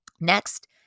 Next